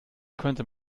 könnte